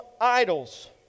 idols